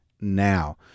now